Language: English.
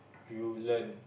you learn